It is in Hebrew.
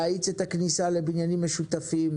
להאיץ את הכניסה לבניינים משותפים.